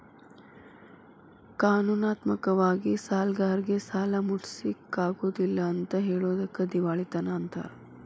ಕಾನೂನಾತ್ಮಕ ವಾಗಿ ಸಾಲ್ಗಾರ್ರೇಗೆ ಸಾಲಾ ಮುಟ್ಟ್ಸ್ಲಿಕ್ಕಗೊದಿಲ್ಲಾ ಅಂತ್ ಹೆಳೊದಕ್ಕ ದಿವಾಳಿತನ ಅಂತಾರ